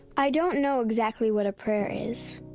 i don't know exactly what a prayer is.